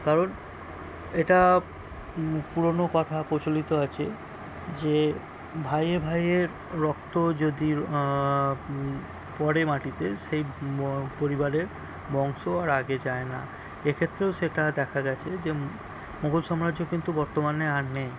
কারণ এটা পুরোনো কথা প্রচলিত আছে যে ভাইয়ে ভাইয়ের রক্ত যদি পড়ে মাটিতে সেই পরিবারের বংশ আর আগে যায় না এক্ষেত্রেও সেটা দেখা গেছে যে মুঘল সাম্রাজ্য কিন্তু বর্তমানে আর নেই